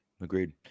Agreed